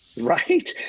Right